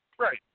Right